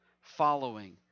following